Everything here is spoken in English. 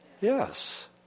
Yes